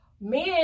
men